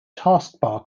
taskbar